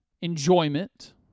enjoyment